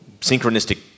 synchronistic